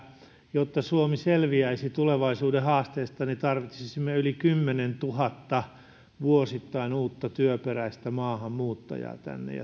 jotta suomi selviäisi tulevaisuuden haasteista niin tarvitsisimme vuosittain yli kymmenentuhatta uutta työperäistä maahanmuuttajaa tänne